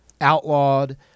outlawed